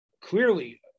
clearly